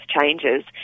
changes